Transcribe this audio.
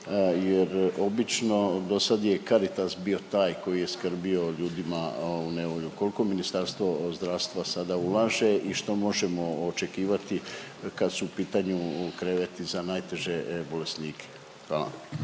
jer obično do sad je Caritas bio taj koji je skrbio o ljudima u nevolji. Koliko Ministarstvo zdravstva sada ulaže i što možemo očekivati kad su u pitanju kreveti za najteže bolesnike? Hvala.